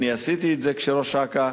אני עשיתי את זה כשראש אכ"א,